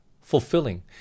fulfilling